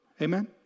Amen